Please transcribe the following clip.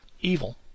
evil